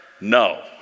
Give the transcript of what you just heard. No